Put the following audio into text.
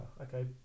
okay